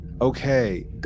Okay